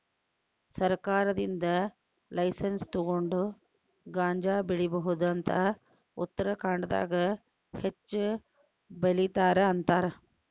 ಸರ್ಕಾರದಿಂದ ಲೈಸನ್ಸ್ ತುಗೊಂಡ ಗಾಂಜಾ ಬೆಳಿಬಹುದ ಅಂತ ಉತ್ತರಖಾಂಡದಾಗ ಹೆಚ್ಚ ಬೆಲಿತಾರ ಅಂತಾರ